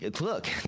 look